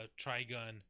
Trigun